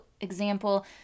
example